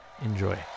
Enjoy